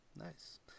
Nice